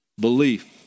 Belief